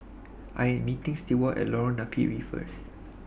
I Am meeting Stewart At Lorong Napiri First